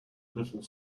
little